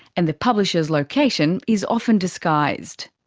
and the publisher's location is often disguised.